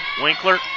Winkler